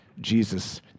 Jesus